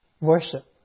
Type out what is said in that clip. worship